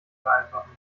vereinfachen